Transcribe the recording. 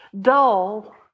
dull